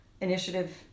initiative